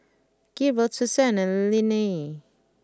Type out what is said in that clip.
Gerold Susanna and Linnie